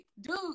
dude